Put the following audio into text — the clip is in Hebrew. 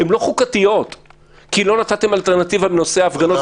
הן לא חוקתיות כי לא נתתם אלטרנטיבה לנושא ההפגנות.